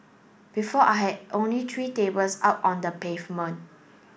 before I had only three tables out on the pavement